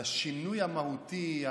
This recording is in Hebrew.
על השינוי המהותי,